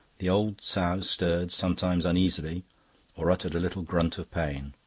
the old sow stirred sometimes uneasily or uttered a little grunt of pain.